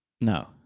no